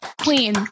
Queen